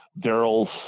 Daryl's